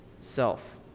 self